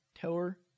tower